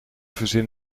verzin